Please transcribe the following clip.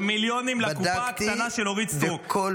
-- מאות מיליונים לקופה הקטנה של אורית סטרוק.